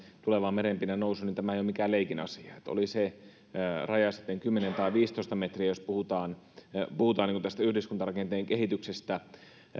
tulevaan merenpinnan nousuun niin tämä ei ole mikään leikin asia oli se raja sitten kymmenen tai viisitoista metriä jos puhutaan puhutaan tästä yhdyskuntarakenteen kehityksestä